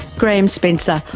graham spencer,